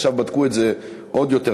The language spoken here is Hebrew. עכשיו בדקו את זה עוד יותר,